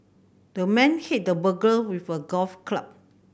the man hit the burglar with a golf club